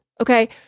okay